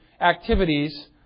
activities